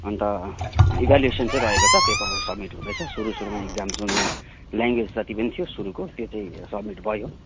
अनि त इभ्यालुएसन चाहिँ रहेको छ पेपरहरू सब्मिट हुँदैछ सुरु सुरुमा एक्जाम जुन जुन ल्याङ्ग्वेज जति पनि थियो सुरुको त्यो चाहिँ सब्मिट भयो